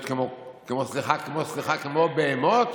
להיות כמו, סליחה, בהמות?